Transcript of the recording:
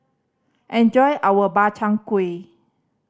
enjoy our Makchang Gui